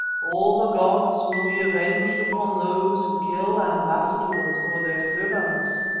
all the gods will be avenged upon those who kill ambassadors or their servants.